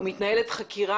ומתנהלת חקירה